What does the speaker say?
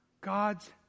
God's